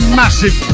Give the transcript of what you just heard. massive